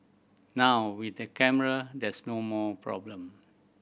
now with the camera there's no more problem